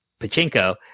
pachinko